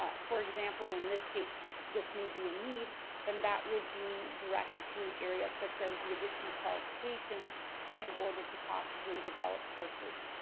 ah for example, in this case, this may be a need then that would be directed to an area such as the additional qualifications in order to possibly develop courses.